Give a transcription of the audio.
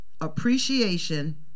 appreciation